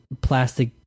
plastic